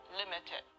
limited